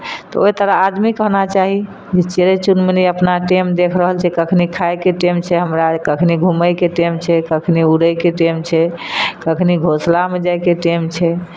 तऽ ओइ तरह आदमीके होना चाही चिड़य चुनमुनी अपना टाइम देख रहल छै कखनी खाइके टाइम छै हमरा कखनी घूमयके टाइम छै कखनी उड़यके टाइम छै कखनी घोसलामे जाइके टाइम छै